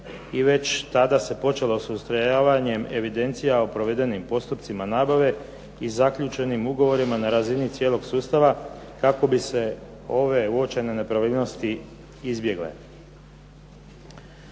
i već tada se počelo sa ustrojavanjem evidencija o provedenim postupcima nabave i zaključenim ugovorima na razini cijelog sustava kako bi se ove uočene nepravilnosti izbjegle.